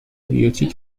بیوتیک